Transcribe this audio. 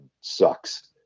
sucks